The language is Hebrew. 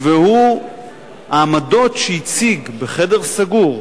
והוא העמדות שהוצגו בחדר סגור,